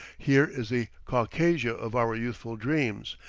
here is the caucasia of our youthful dreams,